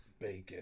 Bacon